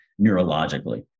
neurologically